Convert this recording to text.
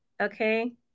okay